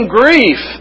grief